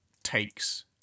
takes